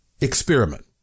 experiment